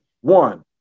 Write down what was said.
One